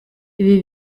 ibi